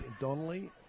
Donnelly